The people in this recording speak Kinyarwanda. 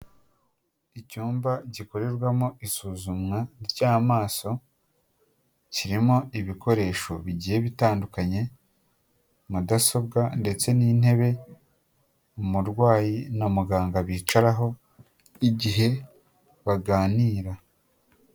Icyumba gikorerwamo isuzumwa ry'amasoso kirimo ibikoresho bigiye bitandukanye mudasobwa ndetse ntebe umurwayi na muganga bicaraho igihe baganira.